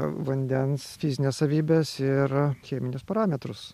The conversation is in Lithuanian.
vandens fizines savybes ir cheminius parametrus